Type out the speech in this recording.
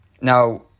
now